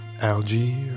algae